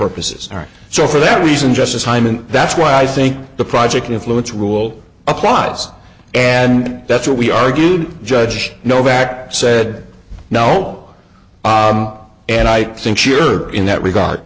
purposes are so for that reason just the time and that's why i think the project influence rule applies and that's what we argued judge no back said no and i think sure in that regard